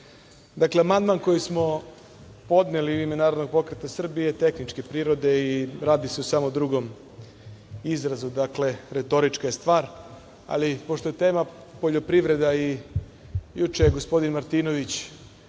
šefa. Amandman koji smo podneli u ime Narodnog pokreta Srbije je tehničke prirode i radi se o samo drugom izrazu, dakle, retorička je stvar. Ali pošto je tema poljoprivreda i juče je gospodin Martinović